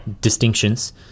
distinctions